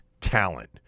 talent